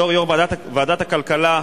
בתור יו"ר ועדת הכלכלה,